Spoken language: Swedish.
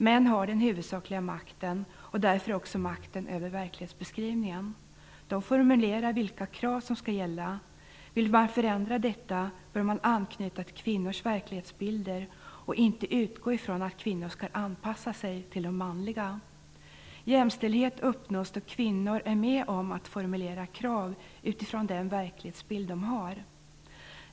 Män har den huvudsakliga makten, och därför också makten över verklighetsbeskrivningen. De formulerar vilka krav som skall gälla. Vill man förändra detta bör man anknyta till kvinnors verklighetsbilder och inte utgå från att kvinnor skall anpassa sig till de manliga. Jämställdhet uppnås då kvinnor är med om att formulera krav utifrån den verklighetsbild de har.